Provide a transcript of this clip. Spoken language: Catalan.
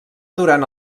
durant